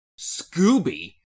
Scooby